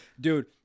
dude